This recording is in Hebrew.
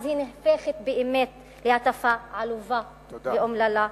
היא נהפכת באמת להטפה עלובה ואומללה.